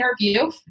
interview